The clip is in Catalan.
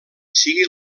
sigui